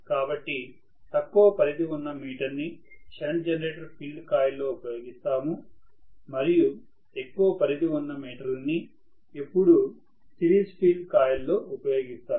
కాబట్టి తక్కువ పరిధి ఉన్న మీటర్ ని షంట్ జనరేటర్ ఫీల్డ్ కాయిల్లో ఉపయోగిస్తారు మరియు ఎక్కువ పరిధి ఉన్న మీటర్లని ఎప్పుడూ సిరీస్ ఫీల్డ్ కాయిల్ లో ఉపయోగిస్తారు